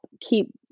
keep